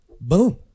Boom